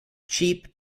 cheap